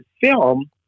film